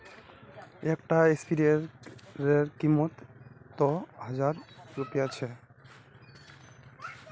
एक टा स्पीयर रे कीमत त हजार रुपया छे